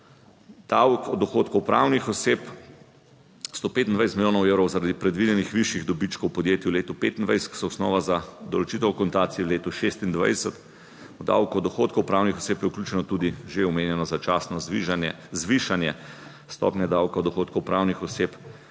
Davek od dohodkov pravnih oseb 125 milijonov evrov zaradi predvidenih višjih dobičkov podjetij v letu 2025, ki so osnova za določitev akontacije v letu 2026 o davku od dohodkov pravnih oseb je vključeno tudi že omenjeno začasno zvišanje stopnje davka od dohodkov pravnih oseb